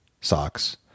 socks